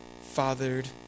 fathered